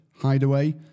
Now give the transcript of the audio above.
Hideaway